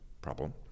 problem